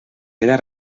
queda